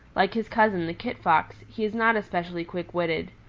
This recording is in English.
like his cousin, the kit fox, he is not especially quick-witted.